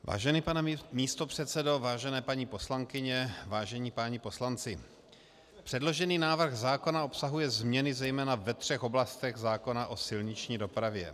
Vážený pane místopředsedo, vážené paní poslankyně, vážení páni poslanci, předložený návrh zákona obsahuje změny zejména ve třech oblastech zákona o silniční dopravě.